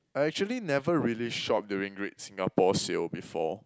I actually never really shop during Great-Singapore-Sale before